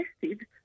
tested